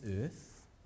earth